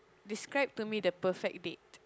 describe to me the perfect date